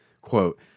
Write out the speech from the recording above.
quote